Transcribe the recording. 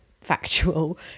factual